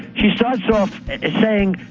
she starts off saying,